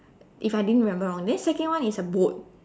if I didn't remember wrongly then second one is a boat